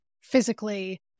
physically